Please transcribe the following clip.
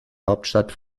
hauptstadt